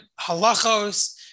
halachos